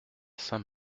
saint